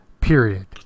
period